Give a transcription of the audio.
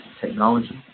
technology